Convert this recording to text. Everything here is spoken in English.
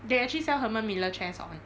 they actually sell herman miller chairs on